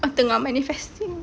ah tengah manifest